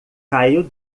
caiu